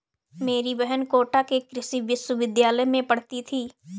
मेरी बहन कोटा के कृषि विश्वविद्यालय में पढ़ती थी